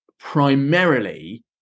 primarily